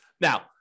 Now